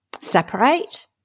separate